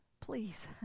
please